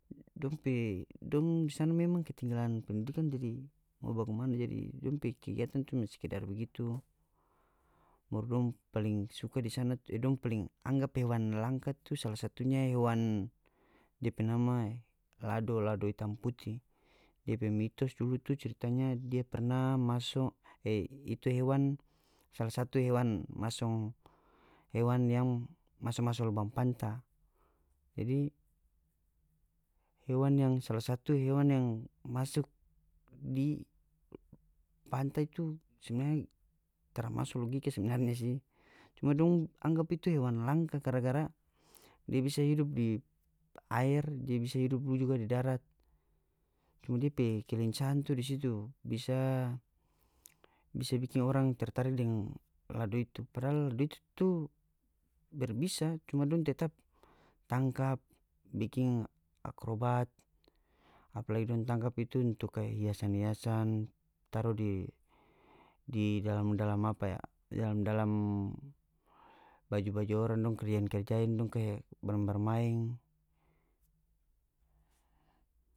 Dong pe dong di sana memang ketinggalan pendidikan jadi mo bagimana jadi dong pe kegiatan cuma sekedar begitu baru dong paling suka di sana tu e dong paling anggap hewan langka tu sala satunya hewan depe nama lado lado itam putih depe mitos tu ceritanya dia perna maso e itu hewan sala satu hewan masong hewan yang maso-maso lobang panta jadi hewan yang sala satu hewan yang masuk di panta itu sebenarnya tara maso logika sebenarnya si cuma dong anggap itu hewan langka gara-gara dia bisa hidup di aer dia bisa hidup dulu juga di darat cuma dia pe kelincahan tu di situ bisa bisa bikin orang tertarik deng lado itu padahal lado itu tu berbisa cuma dong tetap tangkap biking akrobat apalagi dong tangkap itu untuk kaya hiasan-hiasan taru di di dalam-dalam apa ya di dalam-dalam baju-baju orang dong kerjain-kerjain dong kaya bermaeng-bermaeng.